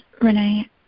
Renee